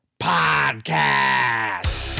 podcast